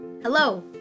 Hello